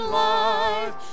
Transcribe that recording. life